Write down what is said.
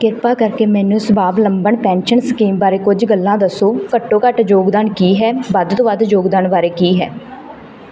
ਕਿਰਪਾ ਕਰਕੇ ਮੈਨੂੰ ਸਵਾਵ ਲੰਬਨ ਪੈਨਸ਼ਨ ਸਕੀਮ ਬਾਰੇ ਕੁਝ ਗੱਲਾਂ ਦੱਸੋ ਘੱਟੋ ਘੱਟ ਯੋਗਦਾਨ ਕੀ ਹੈ ਵੱਧ ਤੋਂ ਵੱਧ ਯੋਗਦਾਨ ਬਾਰੇ ਕੀ ਹੈ